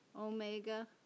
Omega